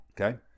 okay